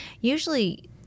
usually